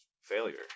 failure